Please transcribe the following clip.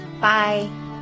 Bye